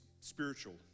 spiritual